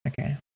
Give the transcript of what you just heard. okay